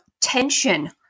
tension